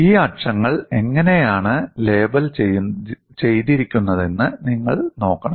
ഈ അക്ഷങ്ങൾ എങ്ങനെയാണ് ലേബൽ ചെയ്തിരിക്കുന്നതെന്ന് നിങ്ങൾ നോക്കണം